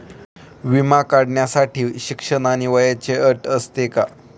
विमा काढण्यासाठी शिक्षण आणि वयाची अट असते का?